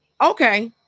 okay